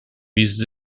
with